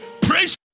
praise